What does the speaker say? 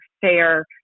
fair